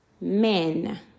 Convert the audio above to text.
men